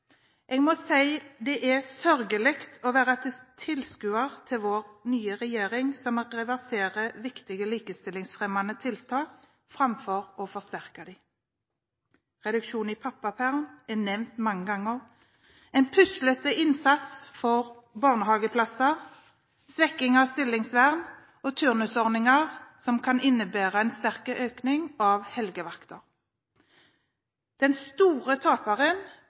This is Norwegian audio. Jeg må si at det er sørgelig å være tilskuer til vår nye regjering, som reverserer viktige likestillingsfremmende tiltak framfor å forsterke dem. Reduksjon i pappaperm er nevnt mange ganger, i tillegg til en puslete innsats for barnehageplasser, svekking av stillingsvern og turnusordninger som kan innebære en sterk økning av helgevakter. Den store taperen